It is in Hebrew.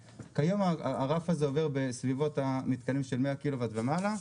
כיום הרף הזה עובר במתקנים של 100 קילו וואט ומעלה,